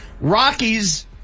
Rockies